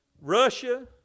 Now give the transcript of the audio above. Russia